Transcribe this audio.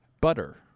Butter